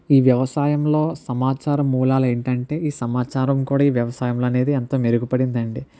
ఈ వ్యసాయంలో సమాచారం మూలాలు ఏంటంటే ఈ సమాచారం కూడా ఈ వ్యవసాయం అనేది అంత మెరుగుపడింది అండి